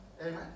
Amen